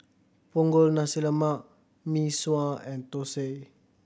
Punggol Nasi Lemak Mee Sua and thosai